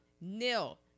Nil